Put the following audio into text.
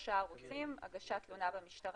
למרות שהחוק נותן התייחסות מיוחדת לסביבת